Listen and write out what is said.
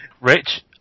Rich